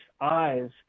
eyes